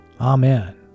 Amen